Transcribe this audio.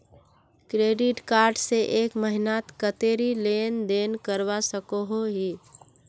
Credit card से एक महीनात कतेरी लेन देन करवा सकोहो ही?